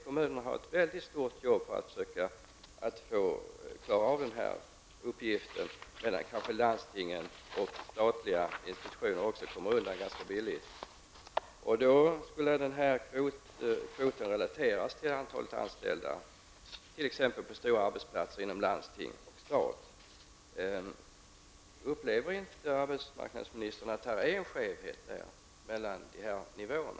Kommunerna har ett mycket svårt arbete att klara den här uppgiften, medan kanske landstingen och statliga institutioner kommer undan ganska billigt. Då skulle den här kvoten relateras till antalet anställda, t.ex. på stora arbetsplatser inom landsting och stat. Upplever inte arbetsmarknadsministern att det finns en skevhet mellan de här nivåerna?